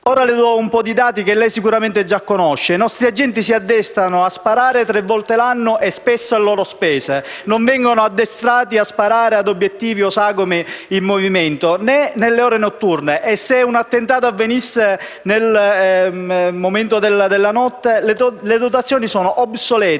alcuni dati che lei certamente conosce: i nostri agenti si addestrano a sparare solo tre volte l'anno e spesso a loro spese; non vengono addestrati a sparare a obiettivi o sagome in movimento, né nelle ore notturne. E se un attentato avvenisse di notte? Le dotazioni sono obsolete,